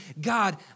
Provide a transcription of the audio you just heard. God